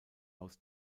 aus